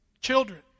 children